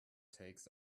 takes